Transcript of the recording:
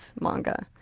manga